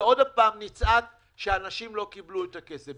ועוד פעם נצעק שאנשים לא קיבלו את הכסף.